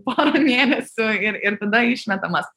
pora mėnesių ir ir tada išmetamas